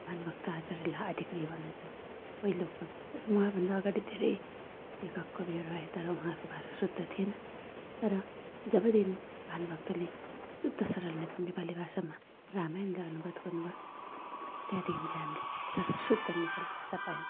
भानुभक्त आचार्यलाई आदिकवि भनिन्छ पहिलो कवि उहाँभन्दा अगाडि धेरै लेखक कविहरू आए तर उहाँको भाषा शुद्ध थिएन तर जबदेखि भानुभक्तले शुद्ध सरल नेप नेपाली भाषामा रामायणलाई अनुवाद गर्नु भयो त्यहाँदेखि चाहिँ हामीले सरल शुद्ध नेपाली भाषा पायौँ